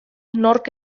nork